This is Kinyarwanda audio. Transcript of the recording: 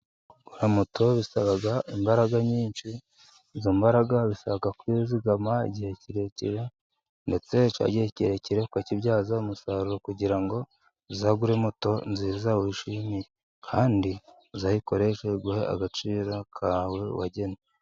Kugura moto bisaba imbara nyinshi. Izo mbaraga bisaba kuzigama igihe kirekire, ndetse igihe kirekire ukakibyaza umusaruro kugira ngo uzagure moto nziza wishimiye, kandi uzayikoreshe iguhe agaciro kawe wagennye.